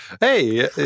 Hey